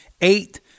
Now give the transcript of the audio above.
eight